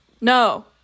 no